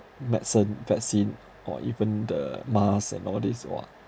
medicine vaccine or even the mask and all these !wah!